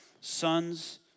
sons